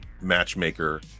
Matchmaker